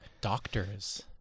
doctors